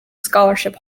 scholarship